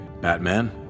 Batman